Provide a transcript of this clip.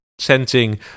sensing